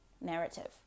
narrative